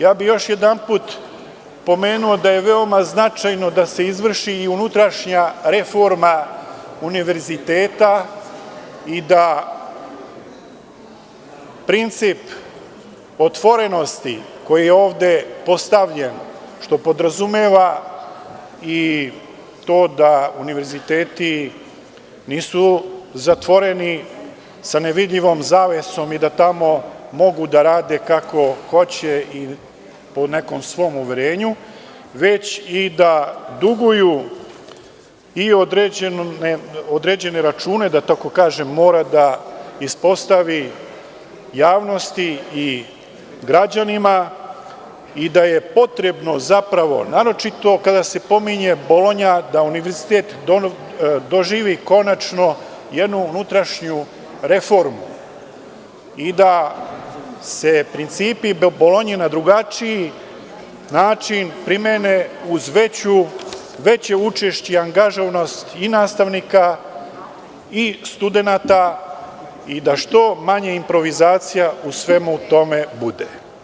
Još jedanput bih pomenuo da je veoma značajno da se izvrši i unutrašnja reforma univerziteta i da princip otvorenosti koji je ovde postavljen što podrazumeva i to da univerziteti nisu zatvoreni sa nevidljivom zavesom i da tamo mogu da rade kako hoće i po nekom svom uverenju, već i da duguju određene račune, da tako kažem, koje moraju da ispostave javnosti i građanima i da je potrebno zapravo, naročito kada se pominje Bolonja, da univerzitet doživi konačno jednu unutrašnju reformu i da se principi Bolonje na drugačiji način primene uz veće učešće i angažovanost nastavnika i studenata i da što manje improvizacija u svemu tome bude.